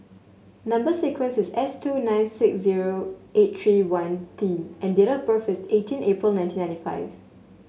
number sequence is S two nine six zero eight three one T and date of birth is eighteen April nineteen ninety five